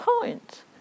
point